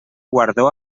guardó